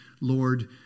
Lord